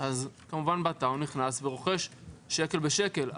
הוא נכנס לאתר ורוכש שקל בשקל,